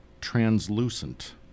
translucent